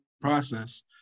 process